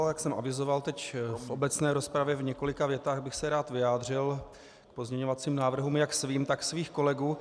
Jak jsem avizoval teď v obecné rozpravě, v několika větách bych se rád vyjádřil k pozměňovacím návrhům jak svým, tak svých kolegů.